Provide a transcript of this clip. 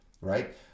Right